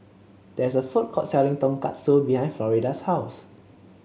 there is a food court selling Tonkatsu behind Florida's house